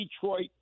Detroit